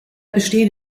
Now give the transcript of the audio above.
bestehen